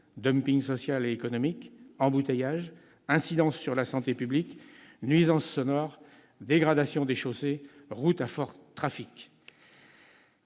bien : social et économique, embouteillages, incidences sur la santé publique, nuisances sonores, dégradation des chaussées, routes à fort trafic.